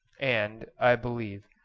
and, i believe,